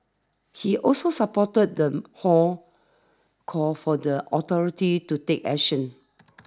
he also supported the hall's call for the authorities to take action